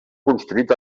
construït